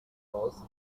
falls